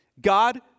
God